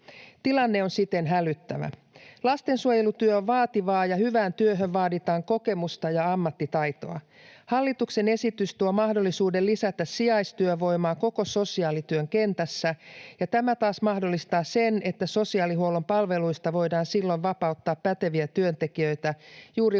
Tilanne on siten hälyttävä. Lastensuojelutyö on vaativaa, ja hyvään työhön vaaditaan kokemusta ja ammattitaitoa. Hallituksen esitys tuo mahdollisuuden lisätä sijaistyövoimaa koko sosiaalityön kentässä, ja tämä taas mahdollistaa sen, että sosiaalihuollon palveluista voidaan silloin vapauttaa päteviä työntekijöitä juuri